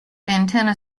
antenna